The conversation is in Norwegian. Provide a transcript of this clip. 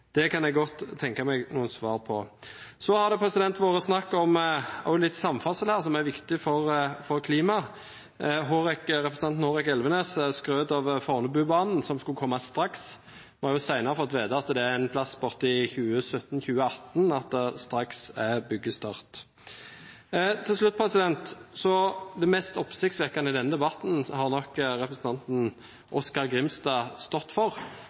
Det kan jeg godt tenke meg noen svar på. Så har det vært litt snakk om samferdsel, som er viktig for klimaet. Representanten Hårek Elvenes skrøt av Fornebubanen som skulle komme straks. Vi har senere fått vite at det er en gang borti 2017–2018 at det er byggestart. Til slutt: Det mest oppsiktsvekkende i denne debatten har nok representanten Oskar J. Grimstad stått for,